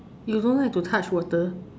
you don't like to touch water